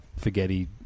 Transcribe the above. forgetty